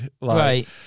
Right